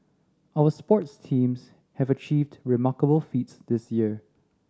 our sports teams have achieved remarkable feats this year